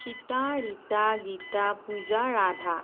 Sita Rita Gita Puja Radha